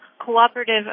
cooperative